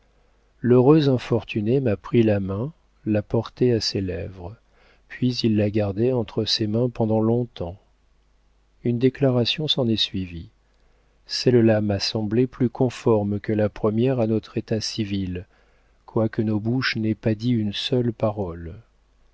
infortuné m'a pris la main l'a portée à ses lèvres puis il l'a gardée entre ses mains pendant longtemps une déclaration s'en est suivie celle-là m'a semblé plus conforme que la première à notre état civil quoique nos bouches n'aient pas dit une seule parole